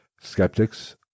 skeptics